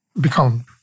become